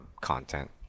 content